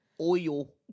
Oil